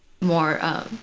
more